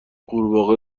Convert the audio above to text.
غورباغه